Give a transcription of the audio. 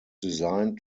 designed